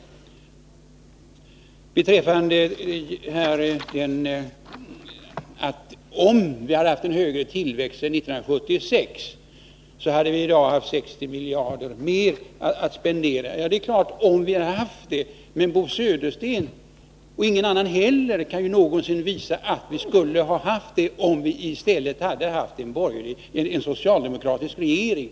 Om vi hade haft en högre tillväxt sedan 1976, hade vi givetvis i dag haft 60 miljarder kronor mer att spendera. Men varken Bo Södersten eller någon annan kan visa att så varit fallet, om vi i stället haft en socialdemokratisk regering.